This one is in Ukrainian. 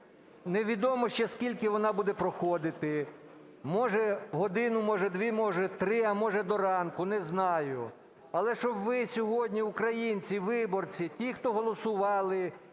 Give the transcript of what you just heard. невідомо ще скільки вона буде проходити, може, годину, може, дві, а може, три, а може, до ранку, не знаю. Але щоб ви сьогодні українці, виборці, ті, хто голосували